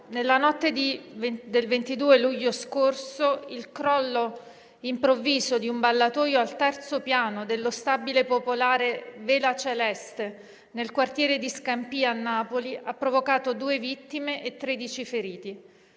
nella notte del 22 luglio scorso il crollo improvviso di un ballatoio al terzo piano dello stabile popolare Vela Celeste, nel quartiere di Scampia a Napoli, ha provocato due vittime e 13 feriti,